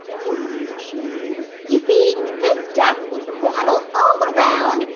we're listening you see, this duck would waddle all around,